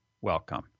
welcome